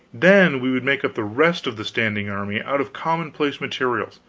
then we would make up the rest of the standing army out of commonplace materials,